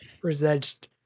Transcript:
present